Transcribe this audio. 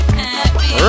happy